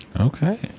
Okay